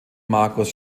markus